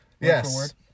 Yes